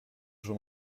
schon